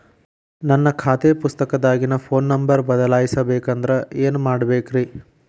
ನನ್ನ ಖಾತೆ ಪುಸ್ತಕದಾಗಿನ ಫೋನ್ ನಂಬರ್ ಬದಲಾಯಿಸ ಬೇಕಂದ್ರ ಏನ್ ಮಾಡ ಬೇಕ್ರಿ?